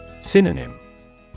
Synonym